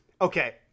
Okay